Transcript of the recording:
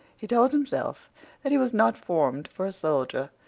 he told himself that he was not formed for a soldier.